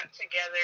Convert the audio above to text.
together